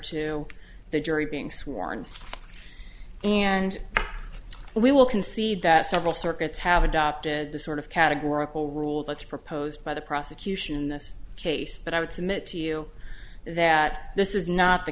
to the jury being sworn in and we will concede that several circuits have adopted the sort of categorical rule that's proposed by the prosecution in this case but i would submit to you that this is not the